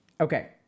Okay